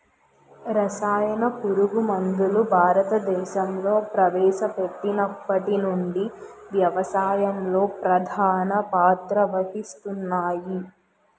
రసాయన పురుగుమందులు భారతదేశంలో ప్రవేశపెట్టినప్పటి నుండి వ్యవసాయంలో ప్రధాన పాత్ర వహిస్తున్నాయి